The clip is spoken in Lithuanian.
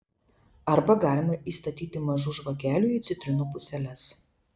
arba galima įstatyti mažų žvakelių į citrinų puseles